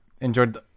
enjoyed